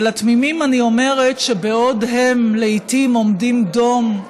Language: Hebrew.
ולתמימים אני אומרת שבעוד הם לעיתים עומדים דום,